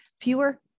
fewer